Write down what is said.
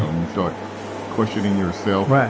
and you start questioning yourself, yeah